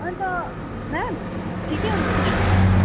अन्त मेम ठिकै हुनु हुन्छ